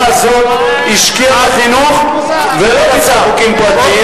הזאת השקיעה בחינוך ולא ביצעה חוקים פרטיים,